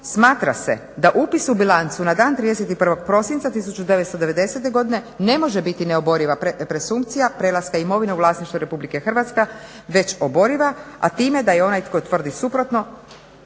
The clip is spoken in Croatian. Smatra se da upis u bilancu na dan 31. prosinca 1990. godine ne može biti neoboriva presumpcija prelaska imovine u vlasništvo RH već oboriva, a time da je onaj tko tvrdi suprotno